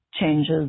changes